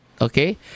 Okay